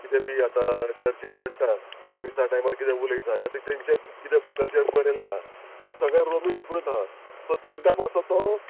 किदें बी आतां चर्चीन म्हणटा मिसा टायमार किदें उलयता तेंचे किदें बुकाचेर बरयलें आहा तें सगळें रोमी लिपूनच आहा सो तेंकां मातसो तो